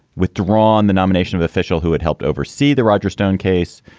withdrawn the nomination of official who had helped oversee the roger stone case.